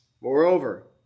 Moreover